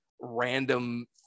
random